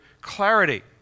clarity